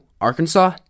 Arkansas